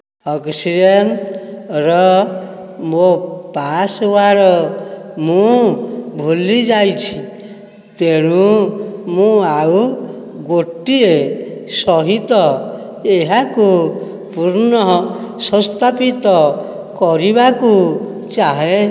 ଅକ୍ସିଜେନ୍ର ମୋ ପାସ୍ୱାର୍ଡ଼ ମୁଁ ଭୁଲିଯାଇଛି ତେଣୁ ମୁଁ ଆଉ ଗୋଟିଏ ସହିତ ଏହାକୁ ପୁନଃସଂସ୍ଥାପିତ କରିବାକୁ ଚାହେଁ